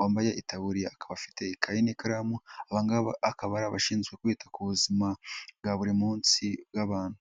wambaye itaburiya akaba afite n'ikaramu abangaba akaba ari abashinzwe kwita ku buzima bwa buri munsi bw'abantu.